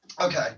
Okay